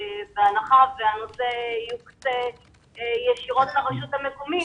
בהנחה והנושא יוקצה ישירות לרשות המקומית,